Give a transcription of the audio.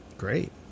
Great